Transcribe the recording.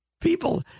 People